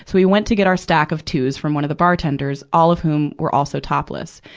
we went to get our stack of twos from one of the bartenders, all of whom were also topless.